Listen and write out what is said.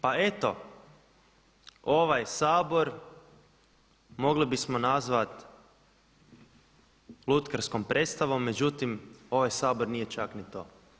Pa eto ovaj Sabor mogli bismo nazvat lutkarskom predstavom međutim ovaj Sabor nije čak ni to.